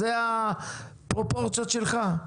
אלה הפרופורציות שלך?